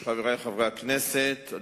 חבר הכנסת חיים